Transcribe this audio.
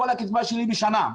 כל הקצבה שלי בשנה.